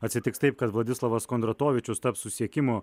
atsitiks taip kad vladislavas kondratovičius taps susisiekimo